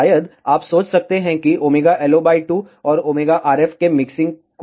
शायद आप सोच सकते है की ωLO 2 और ωRF के मिक्सिंग को क्या होता है